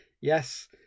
Yes